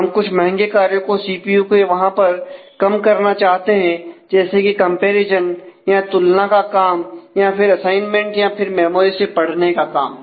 हम कुछ महंगे कार्यों को सीपीयू के वहां पर कम करना चाहते हैं जैसे कि कंपैरिजन या फिर मेमोरी से पढ़ने का काम